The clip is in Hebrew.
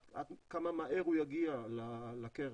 כמה מהר הוא יגיע לקרן.